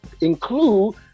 include